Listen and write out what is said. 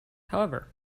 however